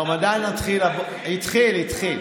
הרמדאן התחיל, התחיל.